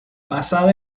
basada